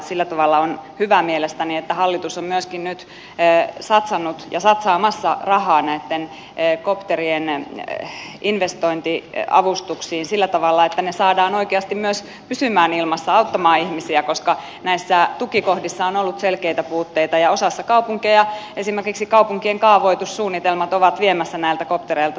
sillä tavalla on hyvä mielestäni että hallitus on myöskin nyt satsannut ja satsaamassa rahaa näitten kopterien investointiavustuksiin sillä tavalla että ne saadaan oikeasti myös pysymään ilmassa auttamaan ihmisiä koska näissä tukikohdissa on ollut selkeitä puutteita ja osassa kaupunkeja esimerkiksi kaupunkien kaavoitussuunnitelmat ovat viemässä näiltä koptereilta tämänhetkiset tilat